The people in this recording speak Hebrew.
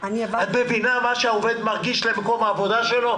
את מבינה מה מרגיש העובד למקום העבודה שלו?